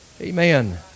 Amen